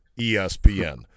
espn